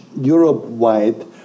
Europe-wide